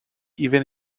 even